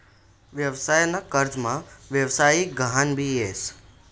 व्यवसाय ना कर्जमा व्यवसायिक गहान भी येस